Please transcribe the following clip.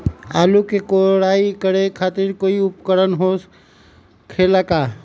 आलू के कोराई करे खातिर कोई उपकरण हो खेला का?